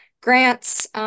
grants